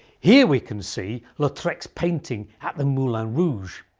here we can see lautrec's painting, at the moulin rouge.